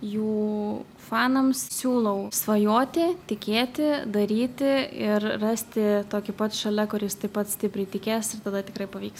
jų fanams siūlau svajoti tikėti daryti ir rasti tokį pat šalia kuris taip pat stipriai tikės ir tada tikrai pavyks